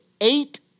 eight